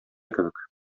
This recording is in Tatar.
кебек